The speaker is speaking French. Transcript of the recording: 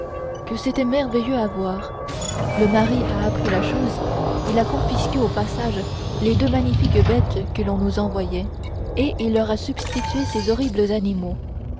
que c'était merveilleux à voir le mari a appris la chose il a confisqué au passage les deux magnifiques bêtes qu'on nous envoyait et il leur a substitué ces horribles animaux